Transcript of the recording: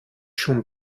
schon